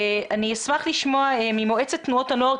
אני אשמח לשמוע ממועצת תנועות הנוער,